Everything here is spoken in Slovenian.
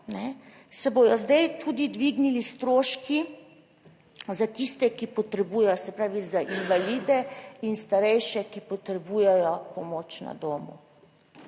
se bodo zdaj tudi dvignili stroški za tiste, ki potrebujejo, se pravi za invalide in starejše, ki potrebujejo pomoč na domu.